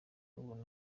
ubona